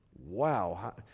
Wow